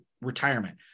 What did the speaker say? retirement